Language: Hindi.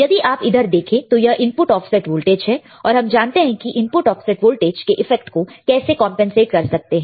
यदि आप इधर देखें तो यह इनपुट ऑफसेट वोल्टेज है और हम जानते हैं की इनपुट ऑफसेट वोल्टेज के इफेक्ट को कैसे कंपनसेट कर सकते हैं